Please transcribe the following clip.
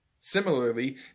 Similarly